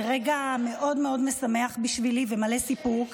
זה רגע מאוד מאוד משמח בשבילי ומלא סיפוק,